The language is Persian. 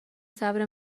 صبر